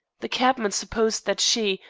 the cabman supposed that she,